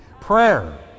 Prayer